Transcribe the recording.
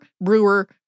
brewer